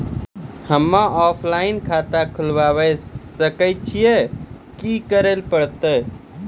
हम्मे ऑफलाइन खाता खोलबावे सकय छियै, की करे परतै?